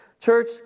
Church